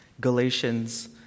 Galatians